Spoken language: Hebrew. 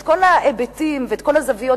את כל ההיבטים ואת כל הזוויות,